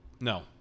no